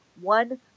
one